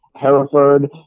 Hereford